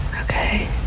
Okay